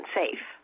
safe